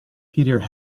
peter